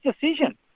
decision